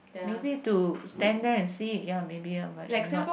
maybe to stand there and see ya maybe ah but not